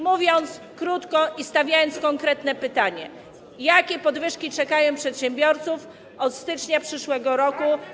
Mówiąc krótko i stawiając konkretne pytanie: Jakie podwyżki czekają przedsiębiorców od stycznia przyszłego roku.